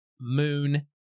moon